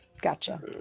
gotcha